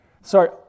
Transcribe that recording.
Sorry